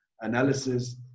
analysis